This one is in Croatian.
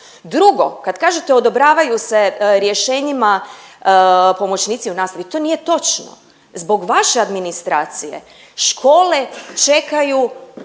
Drugo, kad kažete odobravaju se rješenjima pomoćnici u nastavi, to nije točno. Zbog vaše administracije škole čekaju